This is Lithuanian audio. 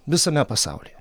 visame pasaulyje